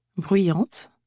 bruyante